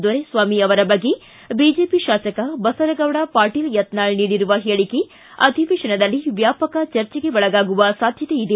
ದೊರೆಸ್ವಾಮಿ ಅವರ ಬಗ್ಗೆ ಬಿಜೆಪಿ ಶಾಸಕ ಬಸನಗೌಡ ಪಾಟೀಲ್ ಯತ್ನಾಳ ನೀಡಿರುವ ಹೇಳಕೆ ಅಧಿವೇಶನದಲ್ಲಿ ವ್ಯಾಪಕ ಚರ್ಚೆಗೆ ಒಳಗಾಗುವ ಸಾಧ್ಯತೆ ಇದೆ